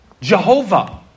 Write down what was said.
Jehovah